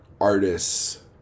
artists